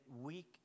weak